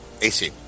AC